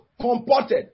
comported